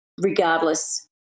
regardless